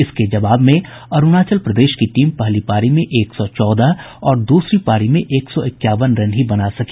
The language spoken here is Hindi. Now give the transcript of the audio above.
इसके जवाब में अरूणाचल प्रदेश की टीम पहली पारी में एक सौ चौदह और द्रसरी पारी में एक सौ इक्यावन रन ही बना सकी